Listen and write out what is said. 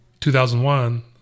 2001